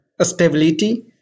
stability